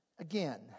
Again